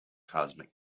cosmic